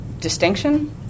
distinction